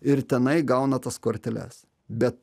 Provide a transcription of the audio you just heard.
ir tenai gauna tas korteles bet